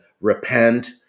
repent